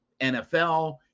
NFL